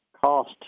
cost